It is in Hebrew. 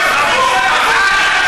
חבר הכנסת